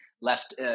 left